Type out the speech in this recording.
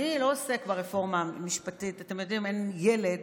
אני לא עוסק ברפורמה המשפטית, אתם יודעים, אין ילד